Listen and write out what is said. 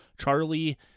Charlie